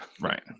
Right